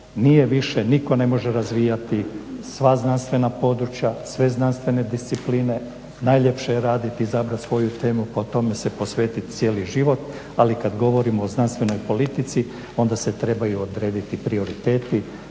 Nije više, nitko ne može razvijati sva znanstvena područja, sve znanstvene discipline. Najljepše je raditi, izabrati svoju temu pa tome se posvetiti cijeli život. Ali kad govorim o znanstvenoj politici onda se trebaju odrediti prioriteti,